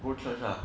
no choice lah